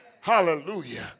Hallelujah